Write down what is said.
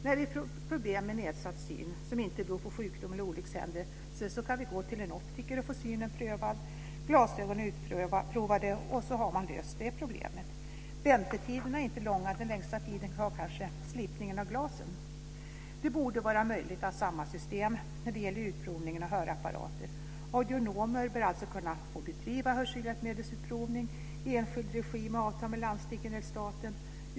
När vi har problem med nedsatt syn som inte beror på sjukdom eller olyckshändelse kan vi gå till en optiker och få synen prövad. Vi kan få glasögon utprovade och så har man löst det problemet. Väntetiderna är inte långa. Den längsta tiden tar kanske slipningen av glasen. Det borde vara möjligt att ha samma system när det gäller utprovning av hörapparater. Audionomer bör alltså kunna få bedriva hörselhjälpmedelsutprovning i enskild regi med avtal med landstingen eller staten.